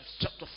chapter